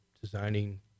designing